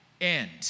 end